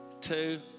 two